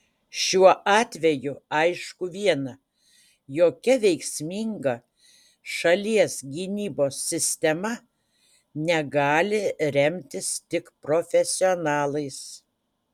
šiuo atveju aišku viena jokia veiksminga šalies gynybos sistema negali remtis tik profesionalais